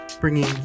bringing